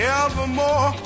evermore